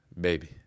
baby